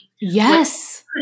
Yes